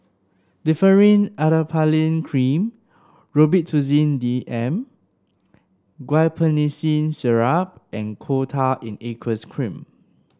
Differin Adapalene Cream Robitussin D M Guaiphenesin Syrup and Coal Tar in Aqueous Cream